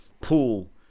pool